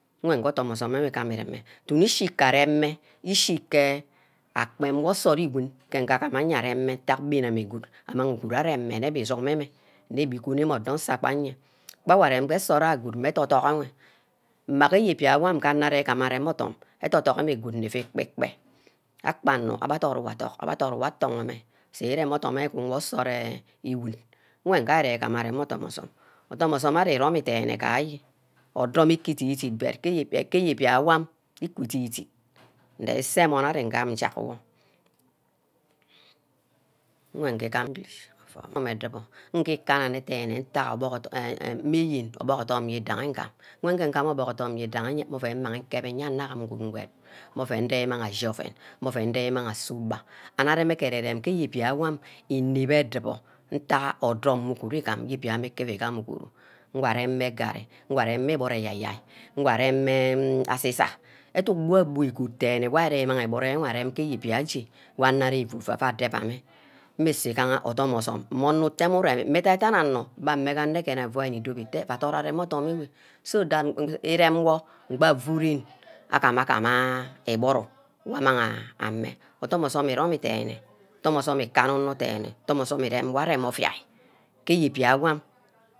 Nwen nge osume mme wor ireme dumu ishir-garam mme ishi ke akpam wor nsort iwun gagama nje areme ntaghe ibine-ama good amang uguru areme ke isume enwe igbi guni mme gba nge nsor gba ayee, gba awor arem ke nsort ayor good, edug-dug enwe mma gee ndibiag mme aguma arem odom, edunk dunk ame good mme ke ekpe-kpe akpe anor abbe adod wor adunk wor atonghe mme gee irem je wor nsort awor iwun, mme nga ari nni rem ordum osume odum osume is rome ari dene worm gajee odum iki dibidip but iki bia worm iki idip-idip ari-gam njakwor wor ngeodum osume igam irom adibor adum osume ikana edubor mmeye or biuck or dom awidaghi inga ngam ngeje obuck ordom owidaghi ngam ijeah, mmi gahe oven wor mmangi nkep ayonor ngwaham ngwed mmeh oven ndimag nsiri oven mmeh oven ndi-imag nse ugben and erei-mme keh ere-rem inep edu-bor edubor ntack odour mmeh uguru igam meh ibaha uku gam uguru. nwa areme garri ngwa areme eburu iyai-yai nwa areme asisa educk bua-bua igot dene ari irem eburu arem ke irebia echi wor anor efu-efu adamene, mmusu igaha odum ogume mme onor uteme iremi, dag-dagha onor mme ke anogene afu ari ndobe atte ua dot areme osume, so that iremi wor, gba afuren agama-gama eburu wor amang ammeh odume osume iromi de-ne odum osume ikana onor dene odorm osume ireme wor ovia ke iyeah bia worm